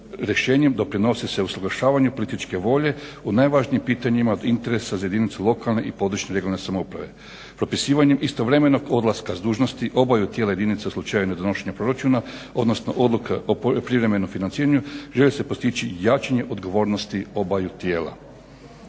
rješenjem doprinosi se usuglašavanju političke volje u najvažnijim pitanjima od interesa za jedinicu lokalne i područne regionalne samouprave, propisivanjem istovremenog odlaska s dužnosti obavljaju tijela jedinice u slučaju ne donošenja proračuna odnosno odluka o privremenom financiranju želi se postići jačanje odgovornosti obaju tijela.